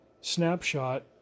Snapshot